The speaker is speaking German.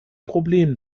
problem